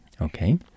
okay